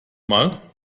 mal